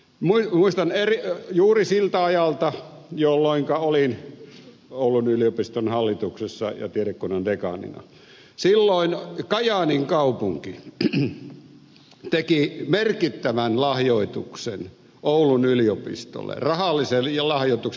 muistan juuri siltä ajalta jolloinka olin oulun yliopiston hallituksessa ja tiedekunnan dekaanina että kajaanin kaupunki teki merkittävän lahjoituksen oulun yliopistolle rahallisen lahjoituksen